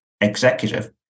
executive